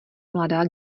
mladá